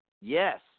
Yes